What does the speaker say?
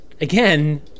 again